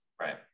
Right